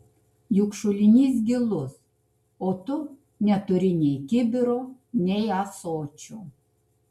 juk šulinys gilus o tu neturi nei kibiro nei ąsočio